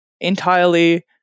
entirely